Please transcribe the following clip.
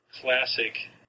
classic